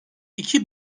iki